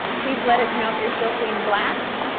please let us know if you're still seeing black.